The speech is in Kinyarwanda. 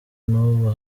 n’ubu